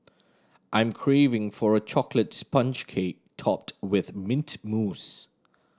I'm craving for a chocolate sponge cake topped with mint mousse